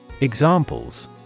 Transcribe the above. Examples